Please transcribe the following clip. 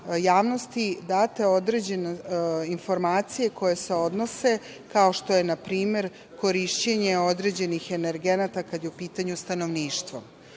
javnosti date određene informacije koje se odnose, kao što je na primer korišćenje određenih energenata kada je u pitanju stanovništvo. Ono